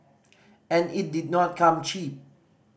and it did not come cheap